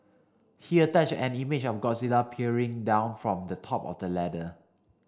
he attached an image of Godzilla peering down from the top of the ladder